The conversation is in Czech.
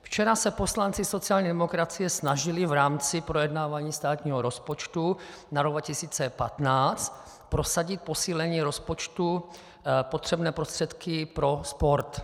Včera se poslanci sociální demokracie snažili v rámci projednávání státního rozpočtu na rok 2015 prosadit posílení rozpočtu o potřebné prostředky pro sport.